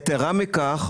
יתרה מכך,